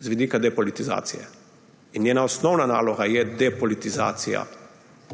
z vidika depolitizacije, in njena osnovna naloga je depolitizacija